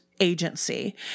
agency